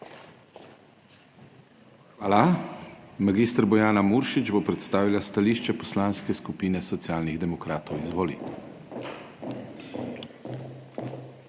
Hvala. Mag. Bojana Muršič bo predstavila stališče Poslanske skupine Socialnih demokratov. Izvoli.